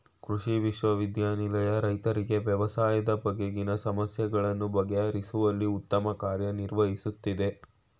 ಕೃಷಿ ವಿಶ್ವವಿದ್ಯಾನಿಲಯ ರೈತರಿಗೆ ವ್ಯವಸಾಯದ ಬಗೆಗಿನ ಸಮಸ್ಯೆಗಳನ್ನು ಬಗೆಹರಿಸುವಲ್ಲಿ ಉತ್ತಮ ಕಾರ್ಯ ನಿರ್ವಹಿಸುತ್ತಿದೆ